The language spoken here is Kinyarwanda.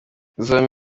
izo